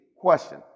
Question